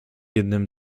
jednym